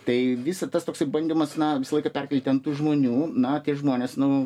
tai visa tas toksai bandymas na visą laiką perkelti ant tų žmonių na tie žmones nu